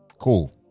Cool